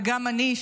וגם אני,